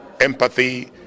empathy